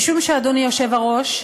משום שאדוני היושב-ראש,